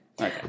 Okay